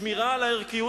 שמירה על הערכיות